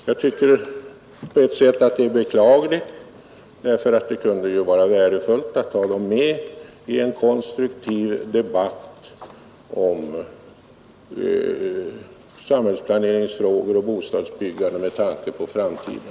Jag tycker att det är beklagligt därför att det kunde ju vara värdefullt att ha moderaterna med i en konstruktiv debatt om samhällsplaneringsfrågor och bostadsbyggandet med tanke på framtiden.